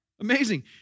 Amazing